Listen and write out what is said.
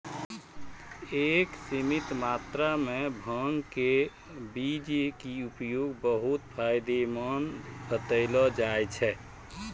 एक सीमित मात्रा मॅ भांग के बीज के उपयोग बहु्त फायदेमंद बतैलो जाय छै